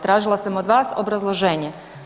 Tražila sam od vas obrazloženje.